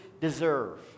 deserve